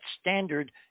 standard